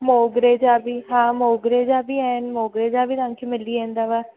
मोगरे जा बि हा मोगरे जा बि आहिनि मोगरे जा बि तव्हांखे मिली वेंदव